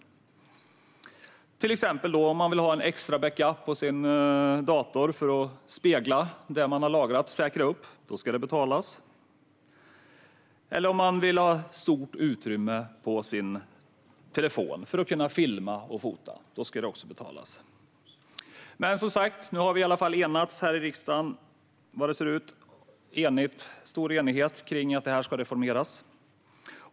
Om man till exempel vill ha extra backup för sin dator för att spegla det man har lagrat och säkra det ska det betalas. Om man vill ha stort utrymme på sin telefon för att kunna filma och fota ska det också betalas. Nu har vi i varje fall enats här i riksdagen. Det finns, som det ser ut, en stor enighet om att det ska reformeras.